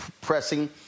pressing